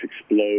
explode